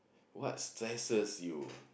what stresses you